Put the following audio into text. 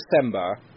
December